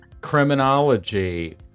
criminology